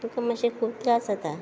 तुका मातशें खूब त्रास जाता